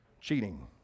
cheating